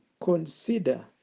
consider